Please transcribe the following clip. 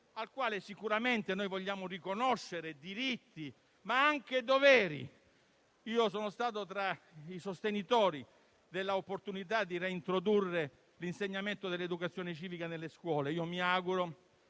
al quale sicuramente vogliamo riconoscere diritti ma anche doveri. Sono stato tra i sostenitori dell'opportunità di reintrodurre l'insegnamento dell'educazione civica nelle scuole. Mi auguro